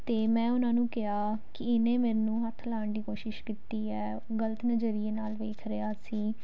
ਅਤੇ ਮੈਂ ਉਹਨਾਂ ਨੂੰ ਕਿਹਾ ਕਿ ਇਹਨੇ ਮੈਨੂੰ ਹੱਥ ਲਗਾਉਣ ਦੀ ਕੋਸ਼ਿਸ਼ ਕੀਤੀ ਹੈ ਗਲਤ ਨਜ਼ਰੀਏ ਨਾਲ ਵੇਖ ਰਿਹਾ ਸੀ